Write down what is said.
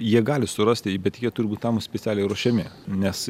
jie gali surasti jį bet jie turi būt tam specialiai ruošiami nes